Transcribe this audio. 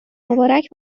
مبارک